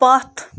پَتھ